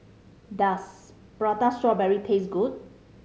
does Prata Strawberry taste good